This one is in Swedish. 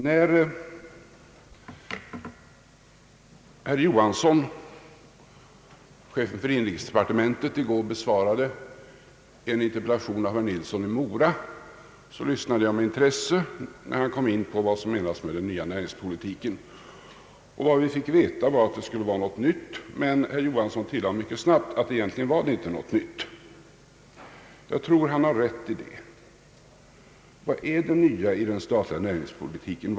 När herr Johansson, chefen för inrikesdepartementet, i går besvarade en interpellation av herr Nilsson i Mora, lyssnade jag med intresse när statsrådet kom in på frågan om vad som menas med den nya näringspolitiken. Vad vi fick veta var att det skulle vara någonting nytt. Men herr Johansson tillade mycket snabbt att egentligen var det inte något nytt. Jag tror att han har rätt i det. Vad är det nya i den statliga näringspolitiken?